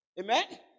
Amen